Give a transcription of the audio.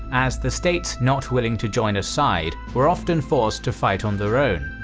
as the states not willing to join a side were often forced to fight on their own.